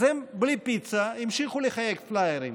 אז הם, בלי פיצה, המשיכו לחלק פליירים.